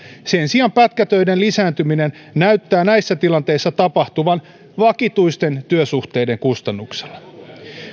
sen sijaan pätkätöiden lisääntyminen näyttää näissä tilanteissa tapahtuvan vakituisten työsuhteiden kustannuksella